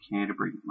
Canterbury